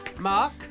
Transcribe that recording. Mark